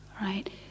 right